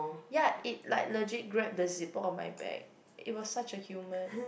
ya it like legit grab the zipper on my bag it was such a human